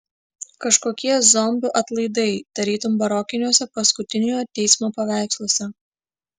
kažkokie zombių atlaidai tarytum barokiniuose paskutiniojo teismo paveiksluose